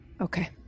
Okay